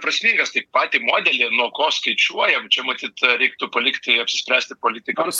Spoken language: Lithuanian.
prasmingas tik patį modelį nuo ko skaičiuojam čia matyt reiktų palikti apsispręsti politikams